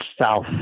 south